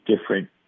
different